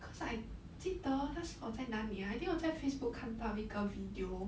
cause I 记得那时我在那里啊 I think 我在 Facebook 看到一个 video